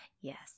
Yes